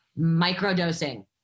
microdosing